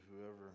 whoever